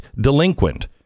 delinquent